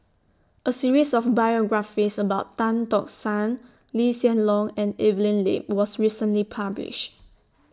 A series of biographies about Tan Tock San Lee Hsien Loong and Evelyn Lip was recently published